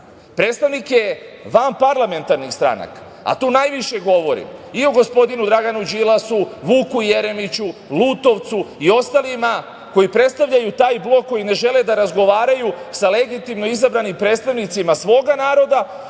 predstavnike vanparlamentarnih stranaka, a tu najviše govorim i o gospodinu Draganu Đilasu, Vuku Jeremiću, Lutovcu i ostalima koji predstavljaju taj blok koji ne žele da razgovaraju sa legitimno izabranim predstavnicima svoga naroda